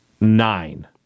nine